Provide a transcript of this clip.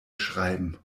schreiben